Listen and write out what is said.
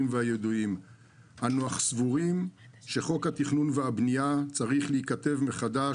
והידועים אך אנו סבורים שחוק התכנון והבנייה צריך להיכתב מחדש,